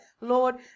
lord